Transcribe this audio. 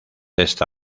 esta